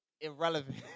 irrelevant